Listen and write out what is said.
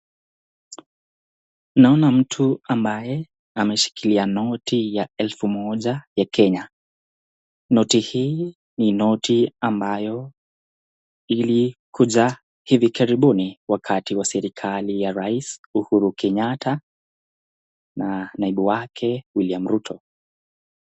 Naona mtu ambaye ameshikilia noti ya elfu moja ya kenya noti hii ni noti ambayo ilikuja hivi karibuni wakati wa serikali ya rais uhuru kenyatta na naibu wake William ruto